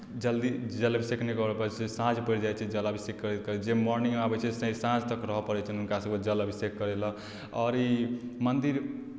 जल्दी जल अभिषेक नहि करऽ पड़य छै साँझ पड़ि जाइ छै जलाभिषेक करैत करैत जे मॉर्निंगमे आबय छै से साँझ तक रहऽ पड़य छन्हि हुनका सबके जल अभिषेक करय लए आओर ई मन्दिर